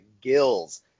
gills